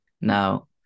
Now